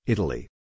Italy